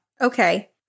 Okay